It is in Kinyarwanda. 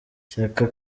shyaka